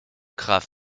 graf